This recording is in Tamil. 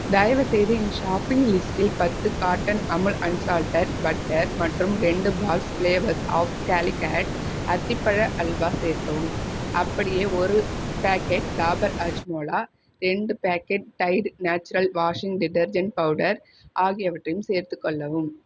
தயவுசெய்து என் ஷாப்பிங் லிஸ்டில் பத்து கார்ட்டன் அமுல் அன்சால்ட்டட் பட்டர் மற்றும் ரெண்டு பாக்ஸ் ஃப்ளேவர்ஸ் ஆஃப் கேலிக்கட் அத்திப்பழ அல்வா சேர்க்கவும் அப்படியே ஒரு பேக்கெட் டாபர் ஹாஜ்மோலா ரெண்டு packet Tide Naturals washing detergent powder ஆகியவற்றையும் சேர்த்துக்கொள்ளவும்